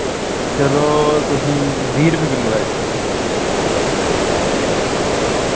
चलो तुसेंगी बीह् रपे किल्लो लाई दिन्ने आं